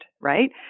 Right